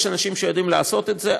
יש אנשים שיודעים לעשות את זה.